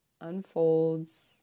unfolds